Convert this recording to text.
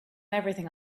everything